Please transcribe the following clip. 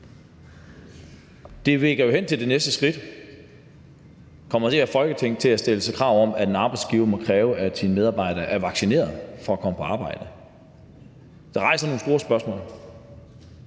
hvor man kan spørge: Kommer det her Folketing til at stille krav om, at en arbejdsgiver må kræve af sine medarbejdere, at de er vaccinerede for at komme på arbejde? Det rejser nogle store spørgsmål.